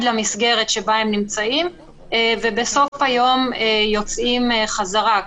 למסגרת שבה הם נמצאים ובסוף היום יוצאים חזרה,